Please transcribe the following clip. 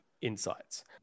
Insights